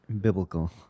Biblical